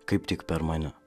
kaip tik per mane